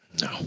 No